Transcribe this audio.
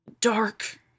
dark